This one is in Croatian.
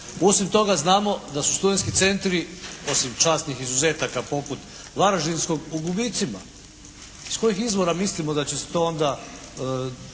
Osim toga znamo, da su studentski centri, osim časnih izuzetaka poput varaždinskog u gubicima. Iz kojeg izvora mislimo da će se to onda